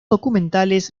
documentales